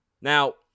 Now